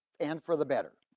and for the better.